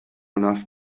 enough